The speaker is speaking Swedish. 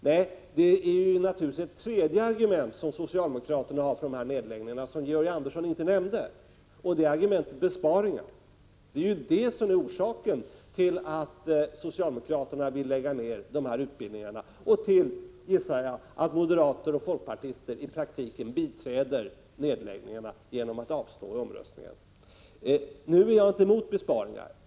Nej, det är naturligtvis ett tredje argument som socialdemokraterna har för dessa nedläggningar och som Georg Andersson inte nämner. Det är argumentet besparingar. Detta är ju orsaken till att socialdemokraterna vill lägga ned dessa utbildningar och, antar jag, att moderater och folkpartister i praktiken biträder nedläggningarna genom att avstå vid omröstningen. Jag är inte emot besparingar.